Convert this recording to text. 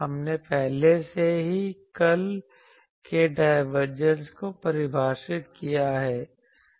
हमने पहले से ही कर्ल के डायवर्जन को परिभाषित किया है